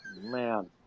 Man